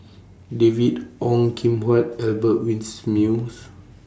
David Ong Kim Huat Albert Winsemius